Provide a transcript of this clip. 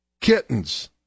Kittens